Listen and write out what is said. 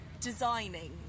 designing